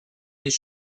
his